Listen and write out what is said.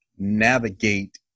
Navigate